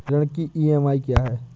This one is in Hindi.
ऋण की ई.एम.आई क्या है?